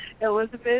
Elizabeth